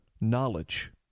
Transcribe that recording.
knowledge